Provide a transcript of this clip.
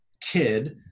kid